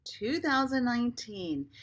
2019